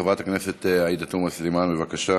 חברת הכנסת עאידה תומא סלימאן, בבקשה.